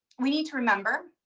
we need to remember,